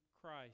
Christ